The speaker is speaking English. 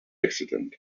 accident